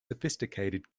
sophisticated